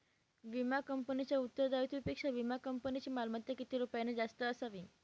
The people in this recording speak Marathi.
विमा कंपनीच्या उत्तरदायित्वापेक्षा विमा कंपनीची मालमत्ता किती रुपयांनी जास्त असावी?